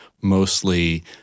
mostly